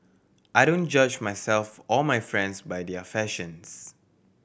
I don't judge myself or my friends by their fashions